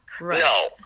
no